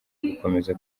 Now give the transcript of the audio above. gukomeza